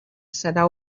serà